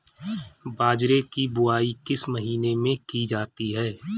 बाजरे की बुवाई किस महीने में की जाती है?